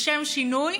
לשם שינוי,